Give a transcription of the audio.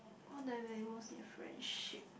what do I value most in a friendship